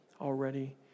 already